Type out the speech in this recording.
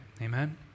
Amen